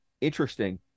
interesting